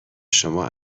شما